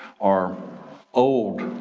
our old,